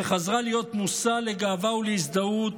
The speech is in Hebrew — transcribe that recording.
שחזרה להיות מושא לגאווה ולהזדהות.